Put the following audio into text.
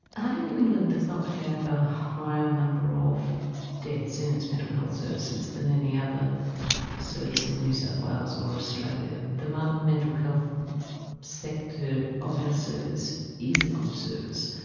hunter new england does not have a higher number of deaths in its mental health services than any other service in new south wales or australia. the mater mental health sector of our service is a good service.